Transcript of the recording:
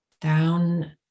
down